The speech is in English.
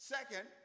Second